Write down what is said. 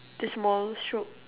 the small stroke